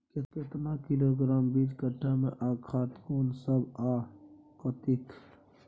केतना किलोग्राम बीज कट्ठा मे आ खाद कोन सब आ कतेक?